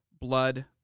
blood